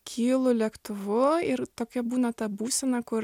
kylu lėktuvu ir tokia būna ta būsena kur